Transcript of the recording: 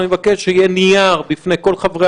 אני מבקש שיהיה נייר בפני כל חברי